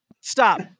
stop